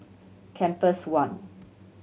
Compass One